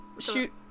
Shoot